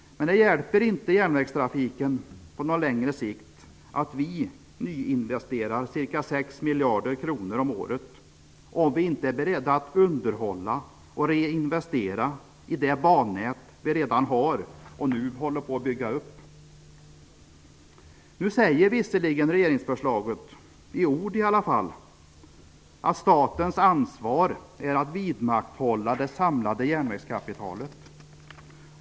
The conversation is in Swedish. Det hjälper inte järnvägstrafiken på längre sikt att vi nyinvesterar ca 6 miljarder kronor om året om vi inte är beredda att underhålla och reinvestera i det bannät vi redan har och nu håller på att bygga upp. Regeringsförslaget säger visserligen, i ord i alla fall, att statens ansvar är att vidmakthålla det samlade järnvägskapitalet.